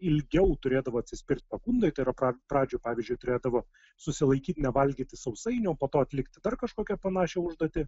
ilgiau turėdavo atsispirti pagundai tai yra pra pradžioj pavyzdžiui turėdavo susilaikyti nevalgyti sausainių po to atlikti per kažkokią panašią užduotį